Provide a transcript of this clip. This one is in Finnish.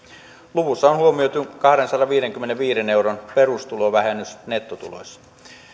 luvussa on huomioitu kahdensadanviidenkymmenenviiden euron perustulovähennys nettotuloissa